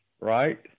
right